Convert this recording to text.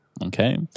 Okay